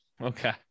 Okay